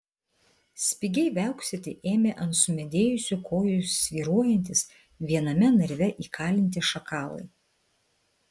spigiai viauksėti ėmė ant sumedėjusių kojų svyruojantys viename narve įkalinti šakalai